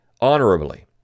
honorably